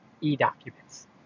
e-documents